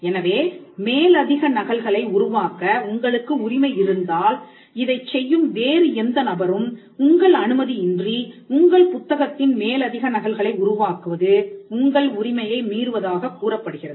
எனவே மேலதிக நகல்களை உருவாக்க உங்களுக்கு உரிமை இருந்தால் இதைச் செய்யும் வேறு எந்த நபரும் உங்கள் அனுமதி இன்றி உங்கள் புத்தகத்தின் மேலதிக நகல்களை உருவாக்குவது உங்கள் உரிமையை மீறுவதாகக் கூறப்படுகிறது